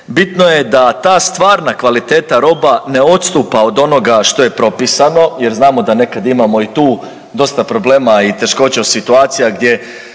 bitno je da ta stvarna kvaliteta roba ne odstupa od onoga što je propisano jer znamo da nekad imamo i tu dosta problema i teškoća u situacija gdje